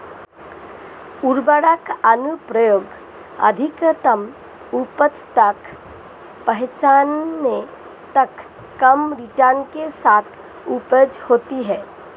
उर्वरक अनुप्रयोग अधिकतम उपज तक पहुंचने तक कम रिटर्न के साथ उपज होती है